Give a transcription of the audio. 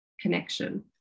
connection